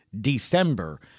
December